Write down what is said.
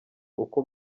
uko